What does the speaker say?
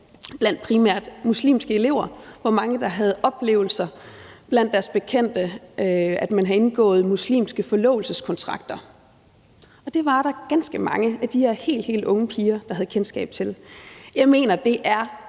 blandt primært muslimske elever havde spurgt, hvor mange der blandt deres bekendte havde oplevet, at man havde indgået muslimske forlovelseskontrakter. Og det var der ganske mange af de her helt, helt unge piger der havde kendskab til. Jeg mener, at det er